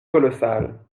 colossal